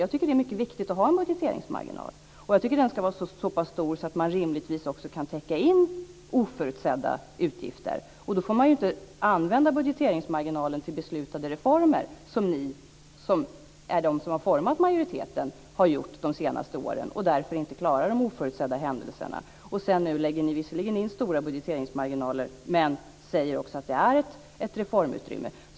Jag tycker att det är mycket viktigt att ha en budgeteringsmarginal. Jag tycker att den ska vara såpass stor att man rimligtvis också kan täcka in oförutsedda utgifter. Då får man ju inte använda budgeteringsmarginalen till beslutade reformer som ni, som är de som har format majoriteten, har gjort de senaste åren. Därmed klarar man inte de oförutsedda utgifterna. Nu lägger ni visserligen in stora budgeteringsmarginaler men säger också att det är ett reformutrymme.